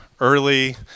early